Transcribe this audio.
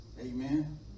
amen